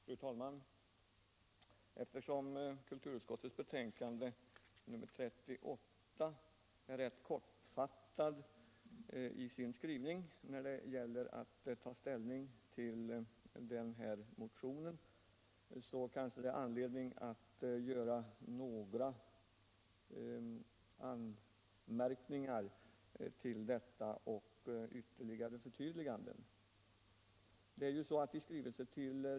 Fru talman! Eftersom kulturutskottets betänkande nr 38 är ganska kortfattat i sin skrivning när det gäller att ta ställning till den aktuella motionen finns det kanske anledning att göra en del anmärkningar och ytterligare förtydliganden i sammanhanget.